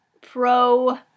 pro-